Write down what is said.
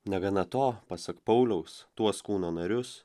negana to pasak pauliaus tuos kūno narius